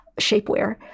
shapewear